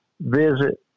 visit